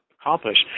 accomplish